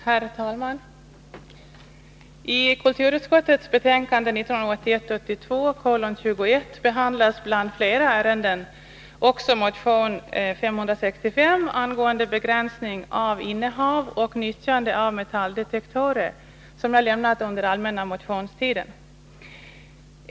Herr talman! I kulturutskottets betänkande 1981/82:21 behandlas bland flera ärenden också motion 565 angående begränsning av innehav och nyttjande av metalldetektorer, som jag lämnat under allmänna motionstiden.